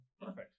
perfect